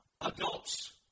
Adults